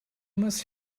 must